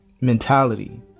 mentality